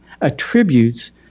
attributes